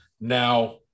now